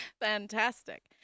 Fantastic